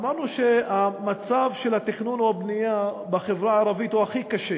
אמרנו שמצב התכנון והבנייה בחברה הערבית הוא הכי קשה,